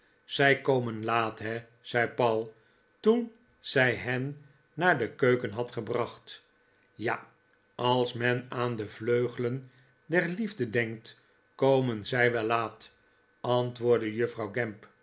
zij komen laat he zei paul toen zij hen naar de keuken had gebracht ja als men aan de vleu gelen der liefde denkt komen zij wel laat antwoordde juffrouw gamp